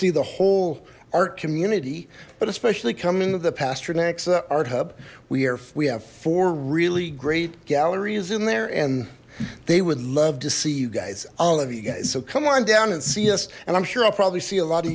see the whole art community but especially coming with the pasternak's art hub we are we have four really great galleries in there and they would love to see you guys all of you guys so come on down and see us and i'm sure i'll probably see a lot of